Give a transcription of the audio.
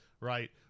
right